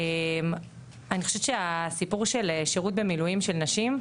אני חושבת שהסיפור של שירות במילואים של נשים,